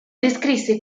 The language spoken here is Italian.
descrisse